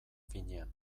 finean